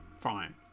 Fine